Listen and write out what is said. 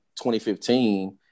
2015